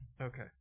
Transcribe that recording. Okay